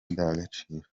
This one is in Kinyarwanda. indangagaciro